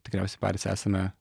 tikriausiai patys esame